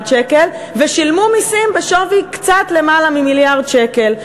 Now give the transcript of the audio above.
שקל ושילמו מסים בשווי קצת למעלה ממיליארד שקל.